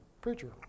preacher